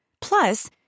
Plus